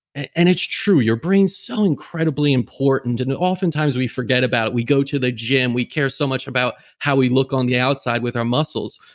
and it's true, your brain's so incredibly important and oftentimes we forget about it. we go to the gym, we care so much about how we look on the outside with our muscles,